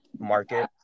market